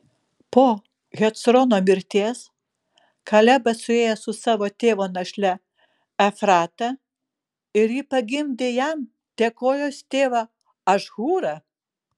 po hecrono mirties kalebas suėjo su savo tėvo našle efrata ir ji pagimdė jam tekojos tėvą ašhūrą